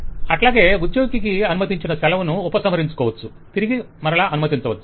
client అట్లాగే ఉద్యోగికి అనుమతించిన సెలవును ఉపసంహరించుకోవచ్చు తిరిగి అనుమతించవచ్చు